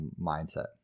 mindset